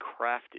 crafted